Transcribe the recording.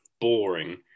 boring